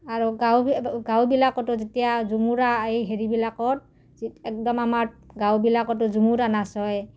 আৰু গাঁও গাঁওবিলাকতো যেতিয়া ঝুমুৰা এই হেৰিবিলাকত একদম আমাৰ গাঁওবিলাকতো ঝুমুৰা নাচ হয়